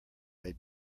they